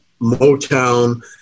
Motown